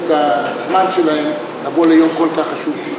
את הזמן שלהם לבוא ליום כל כך חשוב.